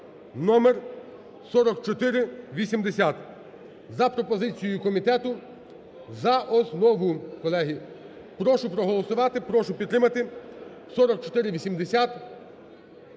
(№ 4480) за пропозицією комітету за основу, колеги. Прошу проголосувати, прошу підтримати